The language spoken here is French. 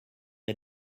est